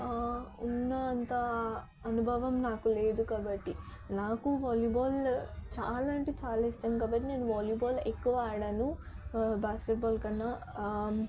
ఉన్నంత అనుభవం నాకు లేదు కాబట్టి నాకు వాలీబాల్ చాలా అంటే చాలా ఇష్టం కాబట్టి నేను వాలీబాల్ ఎక్కువ ఆడాను బాస్కెట్బాల్ కన్నా